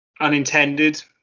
unintended